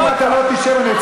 אני יודע.